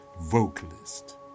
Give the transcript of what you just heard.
vocalist